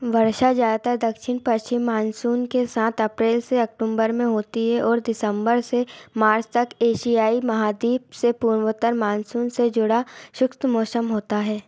वर्षा ज़्यादातर दक्षिण पश्चिम मानसून के साथ अप्रैल से अक्टूबर में होती है और दिसम्बर से मार्च तक एसियाई महाद्वीप से पूर्वोत्तर मानसून से जुड़ा शुक्त मौसम होता है